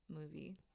movie